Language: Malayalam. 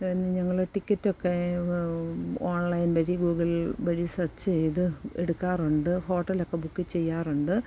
പിന്നെ ഞങ്ങൾ ടിക്കറ്റൊക്കെ ഓൺലൈൻ വഴി ഗൂഗിൾ വഴി സർച്ച് ചെയ്ത് എടുക്കാറുണ്ട് ഹോട്ടലൊക്കെ ബുക്ക് ചെയ്യാറുണ്ട്